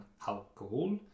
alcohol